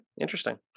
Interesting